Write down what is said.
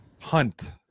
Hunt